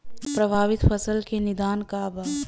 प्रभावित फसल के निदान का बा?